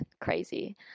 crazy